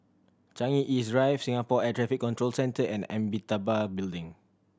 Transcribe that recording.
Changi East Drive Singapore Air Traffic Control Centre and Amitabha Building